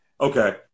Okay